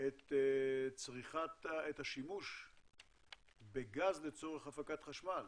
את השימוש בגז לצורך הפקת חשמל?